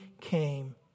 came